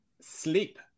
Sleep